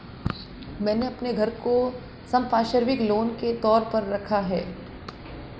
मैंने अपने घर को संपार्श्विक लोन के तौर पर रखा है